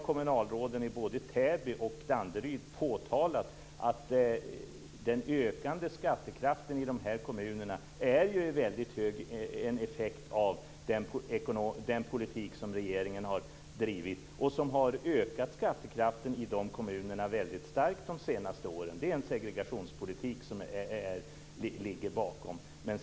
Kommunalråden i både Täby och Danderyd har påtalat att den ökande skattekraften i de här kommunerna är en effekt av den politik som regeringen har drivit. Det har ökat skattekraften i de kommunerna väldigt starkt de senaste åren. Det är en segregationspolitik som ligger bakom det.